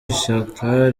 ishyaka